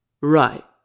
Right